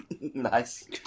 Nice